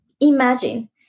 imagine